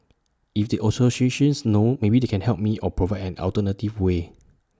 if the associations knows maybe they can help me or provide an alternative way